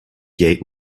gait